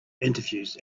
interviews